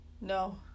No